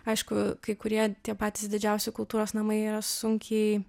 aišku kai kurie tie patys didžiausi kultūros namai yra sunkiai